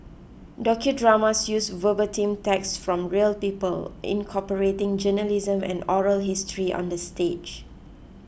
docudramas use verbatim text from real people incorporating journalism and oral history on the stage